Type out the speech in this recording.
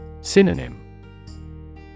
Synonym